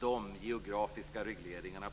om de geografiskt betingade regleringarna.